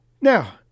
Now